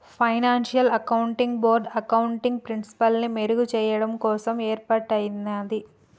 financial accounting board accounting ప్రిన్సిపల్స్ని మెరుగుచెయ్యడం కోసం యేర్పాటయ్యినాది